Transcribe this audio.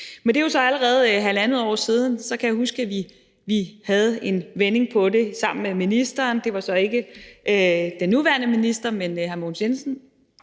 Men det er jo allerede halvandet år siden, og jeg kan huske, vi havde en vending på det sammen med ministeren. Det var så ikke med den nuværende minister, men med hr.